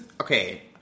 okay